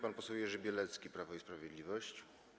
Pan poseł Jerzy Bielecki, Prawo i Sprawiedliwość.